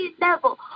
level